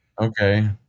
Okay